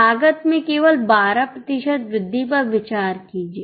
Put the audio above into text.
लागत में केवल 12 वृद्धि पर विचार कीजिए